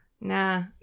Nah